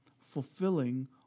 fulfilling